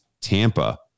Tampa